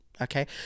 Okay